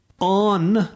On